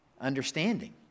understanding